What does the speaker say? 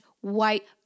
white